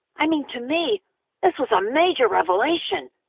i mean, to me this was a major revelation,